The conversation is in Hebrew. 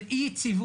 של אי יציבות,